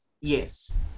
Yes